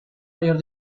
mayor